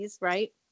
right